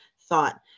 thought